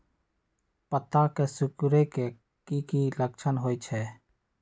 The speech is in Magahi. पत्ता के सिकुड़े के की लक्षण होइ छइ?